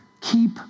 Keep